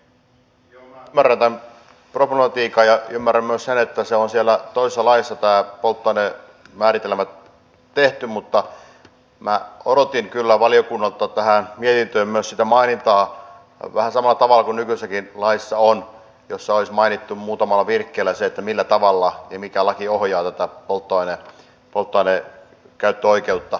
minä ymmärrän tämän problematiikan ja ymmärrän myös sen että nämä polttoainemääritelmät on siellä toisessa laissa tehty mutta minä odotin kyllä valiokunnalta tähän mietintöön myös sitä mainintaa vähän samalla tavalla kuin nykyisessäkin laissa on jossa olisi mainittu muutamalla virkkeellä se millä tavalla ja mikä laki ohjaa tätä polttoainekäyttöoikeutta